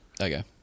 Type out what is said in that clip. okay